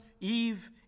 Eve